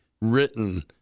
written